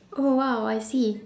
oh !wow! I see